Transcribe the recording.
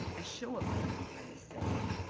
a show of commitment by the city,